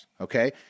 okay